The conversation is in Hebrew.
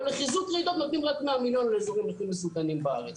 אבל לחיזוק רעידות נותנים רק 100 מיליון לאזורים הכי מסוכנים בארץ.